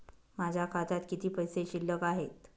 माझ्या खात्यात किती पैसे शिल्लक आहेत?